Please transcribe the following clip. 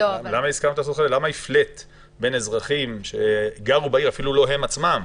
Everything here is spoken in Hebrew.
למה הפלית בין אזרחים שגרו בעיר אפילו לא הם עצמם,